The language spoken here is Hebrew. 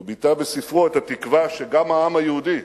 והוא ביטא בספרו את התקווה שגם העם היהודי,